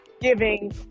giving